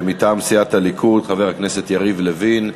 מטעם סיעת הליכוד, חבר הכנסת יריב לוין,